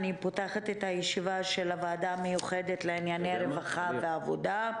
אני פותחת את הישיבה של הוועדה המיוחדת לענייני רווחה ועבודה.